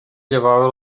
llevava